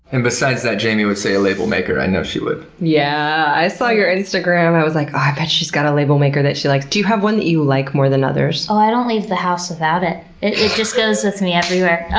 and besides that, jamie would say a label maker. i know she would. yeah, i saw your instagram. i was like, oh i bet she's got a label maker that she likes. do you have one that you like more than others? oh, i don't leave the house without it. it just goes with me everywhere.